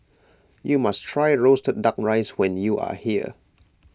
you must try Roasted Duck Rice when you are here